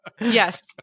Yes